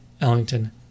Ellington